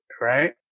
right